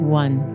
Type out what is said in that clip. one